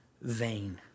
vain